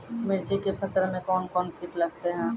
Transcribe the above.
मिर्ची के फसल मे कौन कौन कीट लगते हैं?